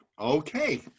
okay